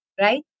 right